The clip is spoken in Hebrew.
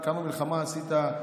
כמה מלחמה עשית,